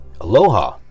Aloha